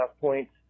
points